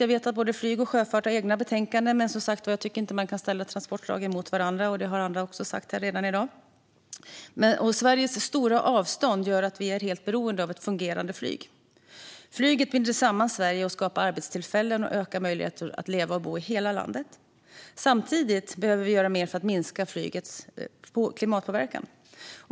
Jag vet att både flyget och sjöfarten har egna betänkanden, men som både jag själv och andra redan har sagt här i dag tycker jag inte att man kan ställa transportslagen mot varandra. Sveriges stora avstånd gör att vi är helt beroende av ett fungerande flyg. Flyget binder samman Sverige, skapar arbetstillfällen och ökar möjligheterna att leva och bo i hela landet. Samtidigt behöver vi göra mer för att minska flygets klimatpåverkan.